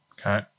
Okay